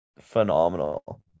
phenomenal